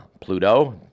Pluto